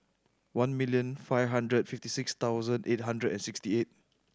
one million five hundred fifty six thousand eight hundred and sixty eight